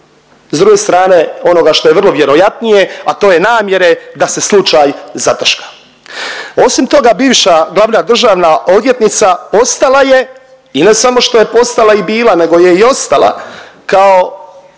s druge strane onoga što je vrlo vjerojatnije, a to je namjere da se slučaj zataška. Osim toga, bivša glavna državna odvjetnica postala je i ne samo što je postala i bila, nego je i ostala kao